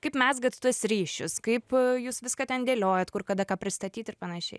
kaip mezgat tuos ryšius kaip jūs viską ten dėliojat kur kada ką pristatyt ir panašiai